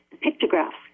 pictographs